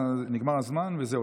נגמר הזמן וזהו.